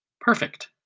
Perfect